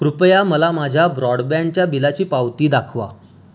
कृपया मला माझ्या ब्रॉडबँडच्या बिलाची पावती दाखवा